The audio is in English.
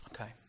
Okay